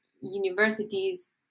universities